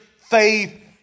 faith